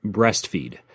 Breastfeed